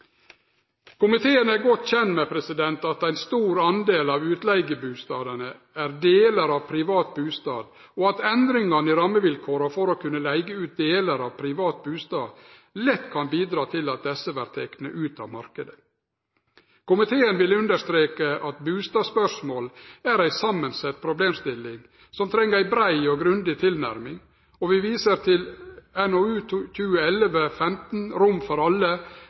Komiteen er godt kjend med at ein stor del av utleigebustadene er delar av private bustader, og at endringane i rammevilkåra for å kunne leige ut delar av ein privat bustad lett kan bidra til at desse vert tekne ut av marknaden. Komiteen vil understreke at bustadspørsmål er ei samansett problemstilling som treng ei brei og grundig tilnærming, og vi viser til NOU 2011: 15, Rom for alle,